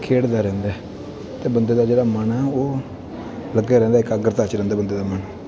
ਖੇਡਦਾ ਰਹਿੰਦਾ ਅਤੇ ਬੰਦੇ ਦਾ ਜਿਹੜਾ ਮਨ ਆ ਉਹ ਲੱਗਿਆ ਰਹਿੰਦਾ ਇਕਾਗਰਤਾ 'ਚ ਰਹਿੰਦਾ ਬੰਦੇ ਦਾ ਮਨ